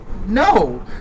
No